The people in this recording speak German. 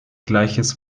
gleiches